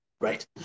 right